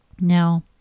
now